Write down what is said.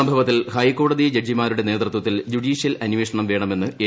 സംഭവത്തിൽ സഹൈക്കോടതി ജഡ്ജിമാരുടെ നേതൃത്വത്തിൽ ജുഡീഷ്യൽ അന്വേഷണം വേണമെന്ന് എ